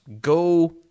go